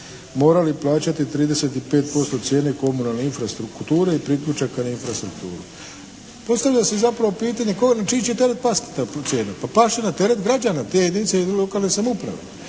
morali plaćati 35% cijene komunalne infrastrukture i priključaka na infrastrukturu. Postavlja se zapravo pitanje na čiji će teret pasti ta cijena. Pa past će na teret građana te jedinice ili lokalne samouprave.